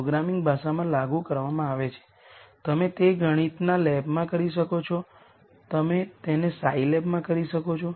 પ્રથમ વસ્તુ જે હું તમને ધ્યાનમાં લેવાનું ઇચ્છું છું કે આ સિમેટ્રિક મેટ્રિક્સ છે